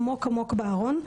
עמוק בארון,